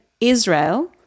Israel